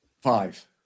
Five